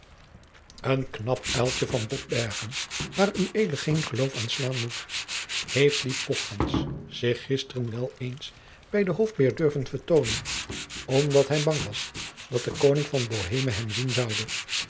heeft een knapuiltje van botbergen waar ued geen geloof aan slaan moest heeft die pogchhans zich gisteren wel eens bij de hof beer durven vertoonen omdat hij bang was dat de koning van boheme hem zien zoude